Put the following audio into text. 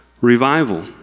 revival